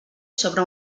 sobre